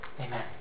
Amen